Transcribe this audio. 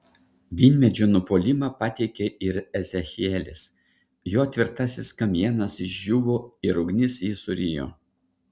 vynmedžio nupuolimą pateikia ir ezechielis jo tvirtasis kamienas išdžiūvo ir ugnis jį surijo